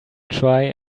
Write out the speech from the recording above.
try